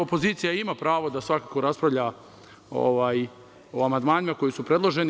Opozicija ima pravo da svakako raspravlja o amandmanima koji su predloženi.